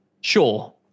sure